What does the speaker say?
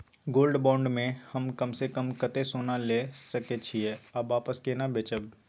Gold bond म हम कम स कम कत्ते सोना ल सके छिए आ वापस केना बेचब?